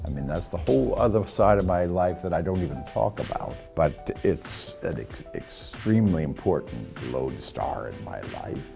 i mean that's the whole other side of my life that i don't even talk about. but, it's an extremely important lone star in my life.